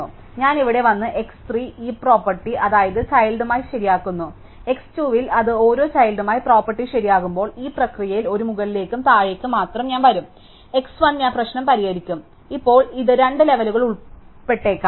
അതിനാൽ ഞാൻ ഇവിടെ വന്ന് x 3 ഞാൻ ഹീപ് പ്രോപ്പർട്ടി അതാത് ചൈൽഡ്ടുമായി ശരിയാക്കുന്നു x 2 ൽ അതാത് ഓരോ ചൈൽഡ്ടുമായി പ്രോപ്പർട്ടി ശരിയാക്കുമ്പോൾ ഈ പ്രക്രിയയിൽ ഒരു മുകളിലേക്കും താഴേക്കും മാത്രം ഞാൻ വരും x 1 ഞാൻ പ്രശ്നം പരിഹരിക്കും ഇപ്പോൾ ഇത് 2 ലെവലുകൾ ഉൾപ്പെട്ടേക്കാം